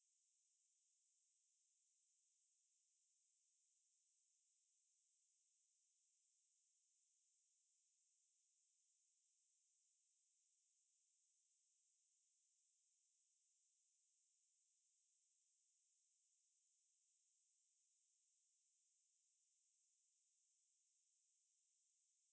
நா நெனைக்குற நா நெனைக்குற ஒரு:naa nenaikkura naa nenaikkura oru company எடுத்து செய்யற மாரி இருக்காது நா நெனைக்குற இது உலகமே வந்து எல்லா ஒவ்வரு மனிதர்களும் வந்து அவங்களுடைய பணிய செஞ்சே ஆகனும் இது ஒருத்தர் செஞ்சுட்டா நாம செய்ய வேண்டிய அவசியம் இல்லனு அந்த மன போக்க நம்ம முதல்ல மாத்தி ஆகனும்:eduthu seiyara maari irukkaathu naa nenaikkura ithu ulagamae vanthu ellaa ovvaru manithargalum vanthu avangaludaiya paniya senjae aaganum ithu oruthar senjuttaa naama seiya vendiya avasiyam illanu antha mana pokka namma mudhalla maathi aaganum it's a collective effort as I said before